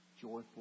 joyful